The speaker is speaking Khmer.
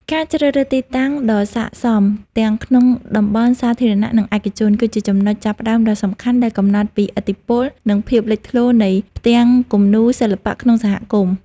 ការជ្រើសរើសទីតាំងដ៏ស័ក្តិសមទាំងក្នុងតំបន់សាធារណៈ និងឯកជន គឺជាចំណុចចាប់ផ្ដើមដ៏សំខាន់ដែលកំណត់ពីឥទ្ធិពល និងភាពលេចធ្លោនៃផ្ទាំងគំនូរសិល្បៈក្នុងសហគមន៍។